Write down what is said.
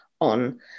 on